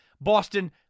Boston